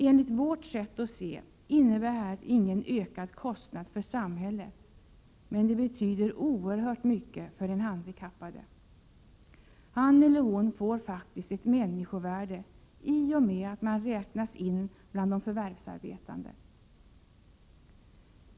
Enligt vårt sätt att se innebär detta ingen ökad kostnad för samhället, men det betyder oerhört mycket för den handikappade. Han eller hon får faktiskt ett människovärde i och med att man räknas in bland de förvärvsarbetande.